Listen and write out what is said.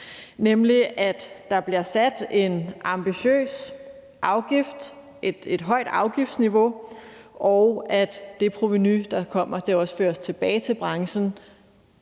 nemlig at der bliver sat en ambitiøs afgift, altså et højt afgiftsniveau, og at det provenu, der kommer, også føres tilbage til branchens